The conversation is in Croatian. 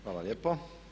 Hvala lijepo.